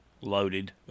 loaded